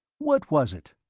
what was it?